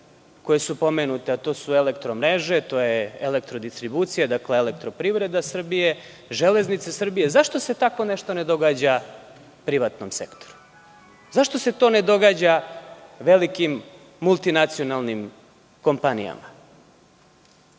koja su pomenuta, a to su „Elektromreže“, „Elektrodistribucija“, „Elektroprivreda“, „Železnice Srbije“, zašto se tako nešto ne događa privatnom sektoru? Zašto se to ne događa velikim multinacionalnim kompanijama? Zalagaćemo